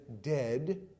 dead